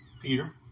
Peter